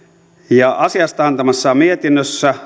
ja asiasta antamassaan mietinnössä